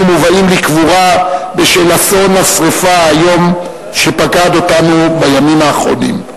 מובאים לקבורה בשל אסון השרפה האיום שפקד אותנו בימים האחרונים.